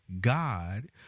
God